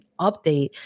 update